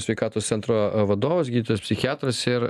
sveikatos centro vadovas gydytojas psichiatras ir